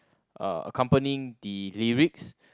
accompanying the lyrics